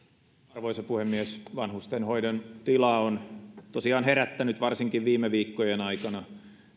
arvoisa puhemies vanhustenhoidon tila on tosiaan herättänyt varsinkin viime viikkojen aikana